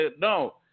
no